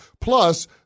Plus